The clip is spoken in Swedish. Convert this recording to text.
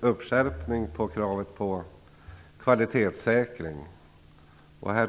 att skärpa kravet på kvalitetssäkring är bra.